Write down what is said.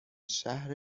شهر